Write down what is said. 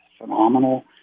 phenomenal